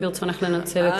אם ברצונך לנצל את הזכות הזאת.